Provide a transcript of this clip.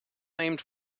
named